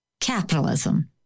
Capitalism